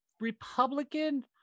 Republican